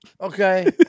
Okay